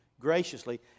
graciously